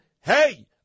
hey